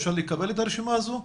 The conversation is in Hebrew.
אפשר לקבל את הרשימה הזאת?